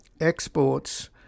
exports